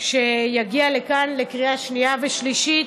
שהוא יגיע לכאן, לקריאה שנייה ושלישית.